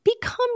become